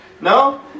No